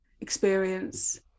experience